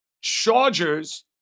Chargers